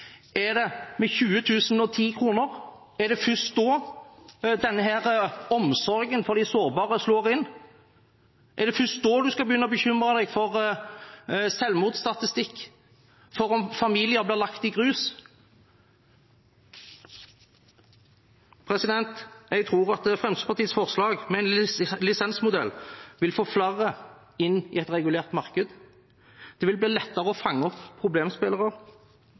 Er det først da man skal begynne å bekymre seg for selvmordsstatistikk og for om familier blir lagt i grus? Jeg tror Fremskrittspartiets forslag med en lisensmodell vil få flere inn i et regulert marked, og det vil bli lettere å fange opp problemspillere.